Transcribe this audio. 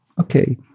okay